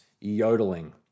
yodeling